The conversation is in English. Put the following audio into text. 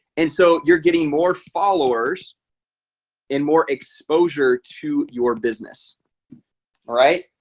and so you're getting more followers and more exposure to your business alright,